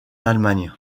allemagne